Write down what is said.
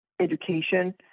education